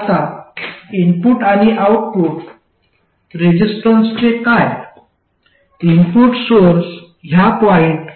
आता इनपुट आणि आउटपुट रेसिस्टन्सचे काय इनपुट सोर्स ह्या पॉईंट